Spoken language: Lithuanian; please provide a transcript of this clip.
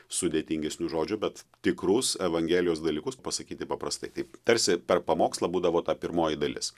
sudėtingesnių žodžių bet tikrus evangelijos dalykus pasakyti paprastai taip tarsi per pamokslą būdavo ta pirmoji dalis